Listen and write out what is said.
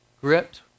gripped